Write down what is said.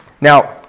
Now